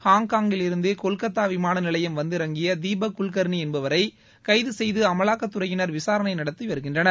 ஹாங்காங்கில் இருந்து கொல்கத்தா விமான நிலையம் வந்திறங்கிய தீபக் குல்கர்னி என்பவரை கைது செய்து அமலாக்கத்துறையினர் விசாரணை நடத்தி வருகின்றனர்